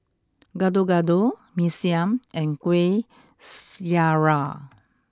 gado gado Mee Siam and Kueh Syara